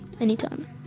Anytime